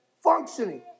functioning